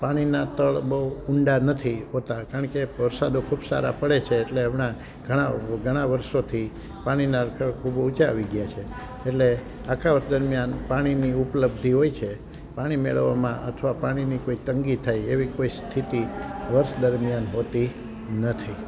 પાણીના તળ બહુ ઊંડા નથી હોતા કારણ કે વરસાદો ખૂબ સારા પડે છે એટલે હમણાં ઘણા ઘણા વરસોથી પાણીના તળ ખૂબ ઊંચા આવી ગયા છે એટલે આખા વર્ષ દરમિયાન પાણીની ઉપલબ્ધિ હોય છે પાણી મેળવવામાં અથવા પાણીની કોઈ તંગી થાય એવી કોઈ સ્થિતિ વર્ષ દરમિયાન હોતી નથી